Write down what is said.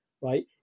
right